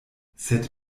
sed